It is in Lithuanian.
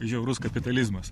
žiaurus kapitalizmas